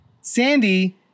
Sandy